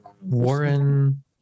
Warren